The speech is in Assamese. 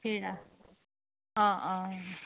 ঠিক আছে অঁ অঁ